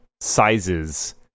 sizes